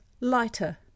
lighter